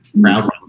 proud